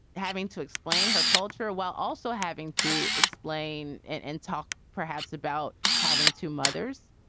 having to explain her culture while also having to explain and and talk perhaps about having two mothers.